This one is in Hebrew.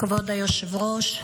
כבוד היושב-ראש,